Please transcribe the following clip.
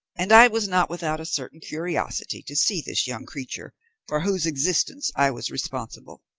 and i was not without a certain curiosity to see this young creature for whose existence i was responsible.